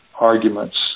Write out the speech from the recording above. arguments